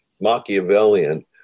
Machiavellian